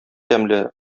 тәмле